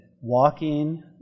walking